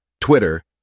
Twitter